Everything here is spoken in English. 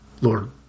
Lord